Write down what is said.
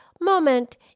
moment